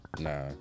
nah